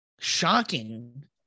shocking